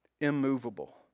immovable